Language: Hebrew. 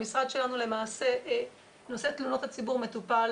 במשרד שלנו נושא תלונות הציבור מטופל